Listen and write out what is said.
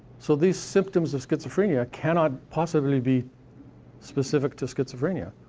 so these symptoms of schizophrenia cannot possibly be specific to schizophrenia.